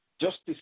justice